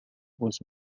was